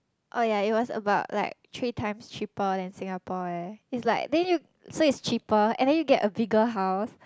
oh ya it was about like three times cheaper than Singapore eh it's like then you so it's cheaper and then you get a bigger house